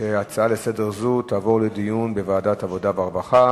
שהצעה זו לסדר-היום תעבור לדיון בוועדת העבודה והרווחה.